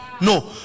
no